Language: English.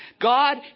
God